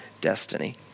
destiny